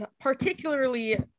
particularly